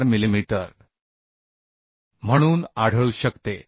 4 millimetre म्हणून आढळू शकते